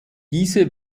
diese